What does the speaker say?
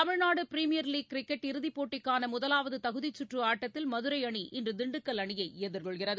Tamil Nadu premier league cricket இறுதிப் போட்டிக்கான முதலாவது தகுதிச்சுற்று ஆட்டத்தில் மதுரை அணி இன்று திண்டுக்கல் அணியை எதிர்கொள்கிறது